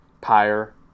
Pyre